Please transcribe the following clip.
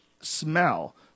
smell